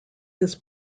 his